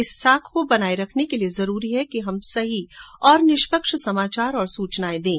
इस साख को बनाए रखने के लिए जरूरी है कि हम सही और निष्पक्ष समाचार और सूचनाएं दें